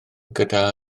gydag